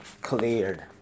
cleared